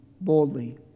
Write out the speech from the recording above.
boldly